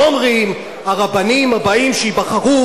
לא אומרים: הרבנים הבאים שייבחרו,